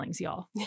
y'all